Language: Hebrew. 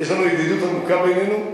יש ידידות עמוקה בינינו,